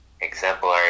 exemplary